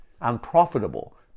unprofitable